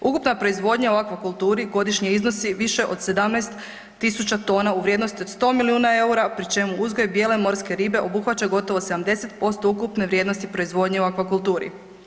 Ukupna proizvodnja u aquakulturi godišnje iznosi više od 17000 tona u vrijednosti od 100 milijuna eura, pri čemu uzgoj bijele morske ribe obuhvaća gotovo 70% ukupne vrijednosti proizvodnje u aquakulturi.